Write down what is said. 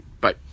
Bye